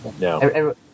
no